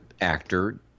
actor